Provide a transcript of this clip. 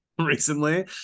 recently